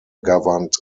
governed